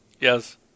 Yes